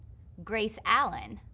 grace allen,